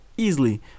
easily